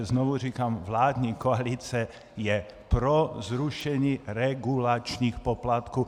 Znovu říkám, vládní koalice je pro zrušení regulačních poplatků.